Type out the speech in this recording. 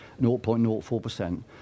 0.04%